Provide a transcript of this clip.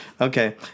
Okay